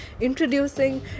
Introducing